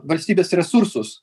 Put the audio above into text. valstybės resursus